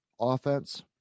offense